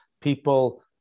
People